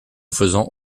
faisant